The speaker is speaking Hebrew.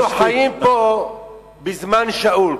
אנחנו חיים פה בזמן שאול.